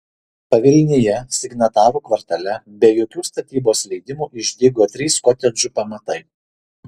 pavilnyje signatarų kvartale be jokių statybos leidimų išdygo trys kotedžų pamatai